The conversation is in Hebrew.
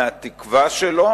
מהתקווה שלו,